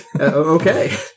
Okay